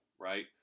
right